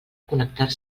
connectar